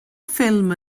ffilm